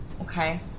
okay